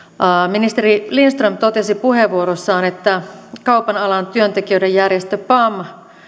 ministeri lindström totesi puheenvuorossaan että kaupan alan työntekijöiden järjestö pam